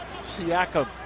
Siakam